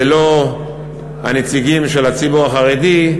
ללא הנציגים של הציבור החרדי,